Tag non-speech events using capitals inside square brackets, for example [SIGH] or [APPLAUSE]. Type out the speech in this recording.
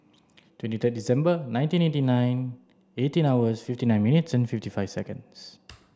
twenty third December nineteen eighty nine eighteen hours fifty nine minutes fifty five seconds [NOISE]